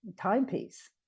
timepiece